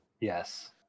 Yes